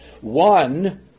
One